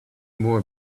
more